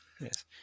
Yes